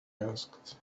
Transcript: asked